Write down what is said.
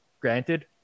granted